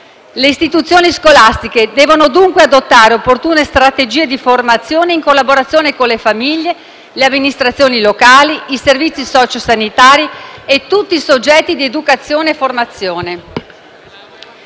Le istituzioni scolastiche devono dunque adottare opportune strategie di formazione, in collaborazione con le famiglie, le amministrazioni locali, i servizi socio-sanitari e tutti i soggetti dediti all'educazione e alla formazione.